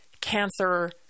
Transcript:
cancer